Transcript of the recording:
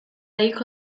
hijo